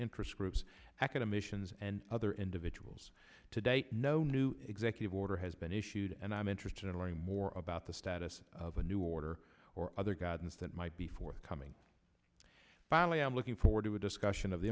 interest groups academicians and other individuals today no new executive order has been issued and i'm interested in learning more about the status of a new order or other guidance that might be forthcoming finally i'm looking forward to a discussion of the